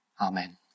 Amen